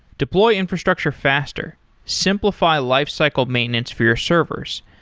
deploy infrastructure faster. simplify life cycle maintenance for your servers.